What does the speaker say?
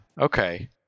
okay